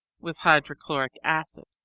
with hydrochloric acid.